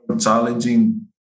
challenging